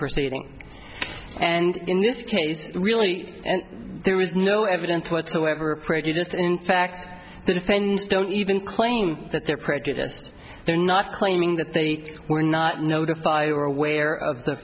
proceeding and in this case really there is no evidence whatsoever prejudiced in fact the defendants don't even claim that they are prejudiced they're not claiming that they were not notified or aware of the